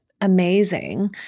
amazing